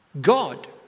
God